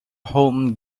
home